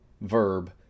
verb